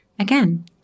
Again